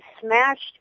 smashed